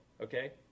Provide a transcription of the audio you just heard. okay